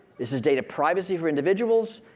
this is data privacy for individuals,